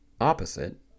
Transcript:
Opposite